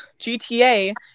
GTA